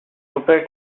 super